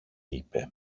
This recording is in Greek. είπε